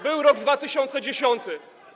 Był rok 2010.